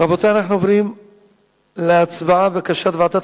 אנחנו עוברים להצבעה על בקשת ועדת